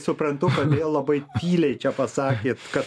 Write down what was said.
suprantu kodėl labai tyliai čia pasakėt kad